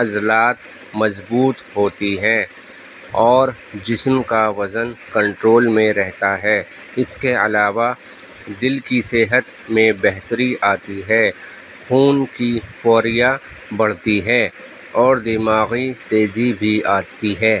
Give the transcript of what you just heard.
عضلات مضبوط ہوتی ہیں اور جسم کا وزن کنٹرول میں رہتا ہے اس کے علاوہ دل کی صحت میں بہتری آتی ہے خون کی فوریہ بڑھتی ہے اور دماغی تیزی بھی آتی ہے